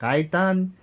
Caitan